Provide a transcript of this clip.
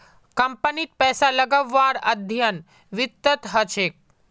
कम्पनीत पैसा लगव्वार अध्ययन वित्तत ह छेक